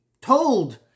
told